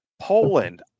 Poland